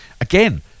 Again